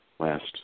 last